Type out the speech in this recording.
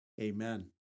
Amen